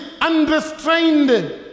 unrestrained